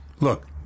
Look